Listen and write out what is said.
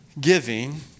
giving